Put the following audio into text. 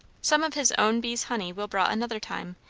some of his own bees' honey will brought another time,